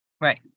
right